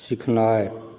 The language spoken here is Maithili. सिखनाय